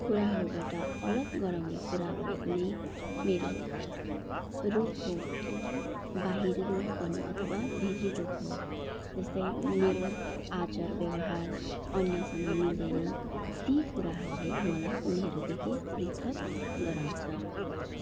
कुराहरूबाट अलग गराउने कुरा भनेको नै मेरो रूप हो बाहिरी रूप भनौँ अथवा भित्री रूप हो जस्तै मेरो आचार व्यवहार अन्यसँग मिल्दैन ती कुराहरूले मलाई उनीहरूदेखि पृथक गराउँछ